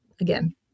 Again